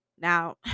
now